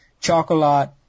Chocolat